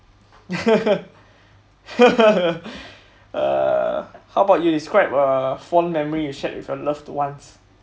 err how about you describe a fond memory you shared with your loved ones